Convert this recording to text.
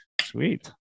Sweet